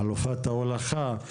חלופת ההולכה,